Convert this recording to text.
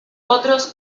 otros